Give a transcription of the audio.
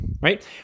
right